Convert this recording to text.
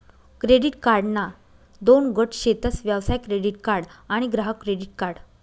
credit कार्डना दोन गट शेतस व्यवसाय क्रेडीट कार्ड आणि ग्राहक क्रेडीट कार्ड